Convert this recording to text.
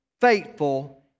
faithful